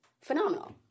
phenomenal